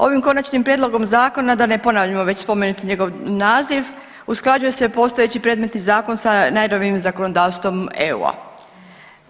Ovim konačnim prijedlogom zakona, da ne ponavljamo već spomenuti njegov naziv, usklađuje se postojeći predmetni zakon sa najnovijim zakonodavstvom EU-a.